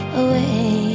away